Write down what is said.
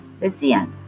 decían